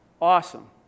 Awesome